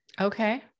Okay